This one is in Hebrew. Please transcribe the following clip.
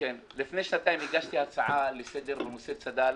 לפני שנתיים הגשתי הצעה לסדר בנושא צד"ל,